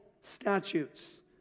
statutes